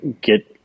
get